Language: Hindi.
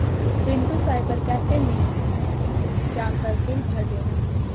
पिंटू साइबर कैफे मैं जाकर बिल भर देना